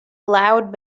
loud